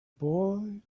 boy